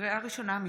לקריאה ראשונה,